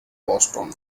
boston